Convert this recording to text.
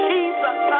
Jesus